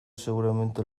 seguramente